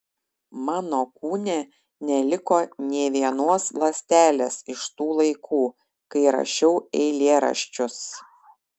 mano kūne neliko nė vienos ląstelės iš tų laikų kai rašiau eilėraščius